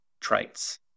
traits